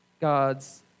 God's